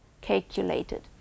calculated